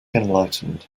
enlightened